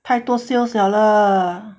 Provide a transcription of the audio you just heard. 太多 sales liao 了